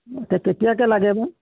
কেতিয়াকৈ লাগে বা